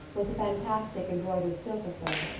was a fantastic embroidered silk affair,